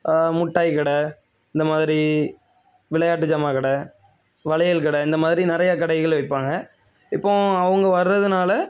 மிட்டாய் கடை இந்த மாதிரி விளையாட்டு ஜாமான் கடை வளையல் கடை இந்த மாதிரி நிறையா கடைகள் வைப்பாங்க இப்போது அவங்க வரதினால